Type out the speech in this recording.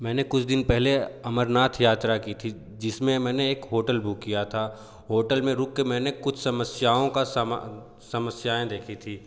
मैंने कुछ दिन पहले अमरनाथ यात्रा की थी जिसमें मैंने एक होटल बुक किया था होटल में रुक कर मैंने कुछ समस्याओं का समस्याएँ देखी थी